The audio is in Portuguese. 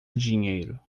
dinheiro